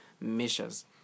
measures